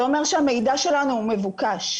זה אומר שהמידע שלנו מבוקש.